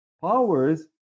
powers